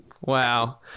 Wow